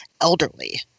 elderly